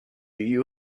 you